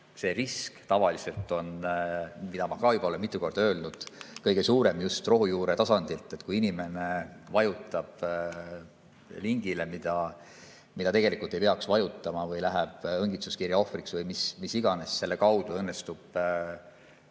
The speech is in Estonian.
see risk tavaliselt on, mida ma ka olen juba mitu korda öelnud, kõige suurem just rohujuure tasandil. Kui inimene vajutab lingile, kuhu ta tegelikult ei peaks vajutama, või läheb õngitsuskirja ohvriks või mis iganes, siis selle kaudu õnnestub